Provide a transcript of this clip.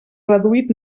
reduït